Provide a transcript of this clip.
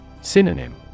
Synonym